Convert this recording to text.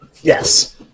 Yes